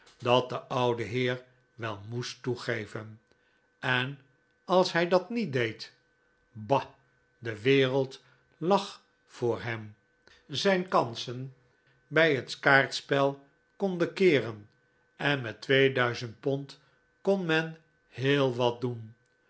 dat de oude heer wel moest toegeven en als hij dat niet deed bah de wereld lag voor hem zijn kansen bij het kaartspel konden keeren en met twee duizend pond kon men heel wat doen